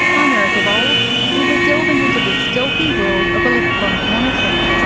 i'm erica vowles and we're delving into the stealthy world of electronic monitoring.